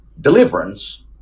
deliverance